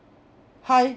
hi